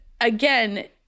again